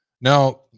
Now